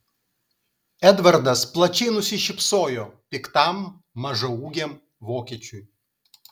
edvardas plačiai nusišypsojo piktam mažaūgiam vokiečiui